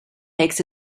makes